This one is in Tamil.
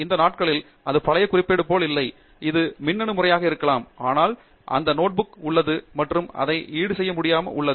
இந்த நாட்களில் அது பழைய குறிப்பு போல் இல்லை அது மின்னணு முறையாக இருக்கலாம் ஆனால் அந்த நோட்புக் உள்ளது மற்றும் அதை ஈடு செய்ய முடியாத உள்ளது